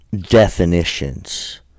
definitions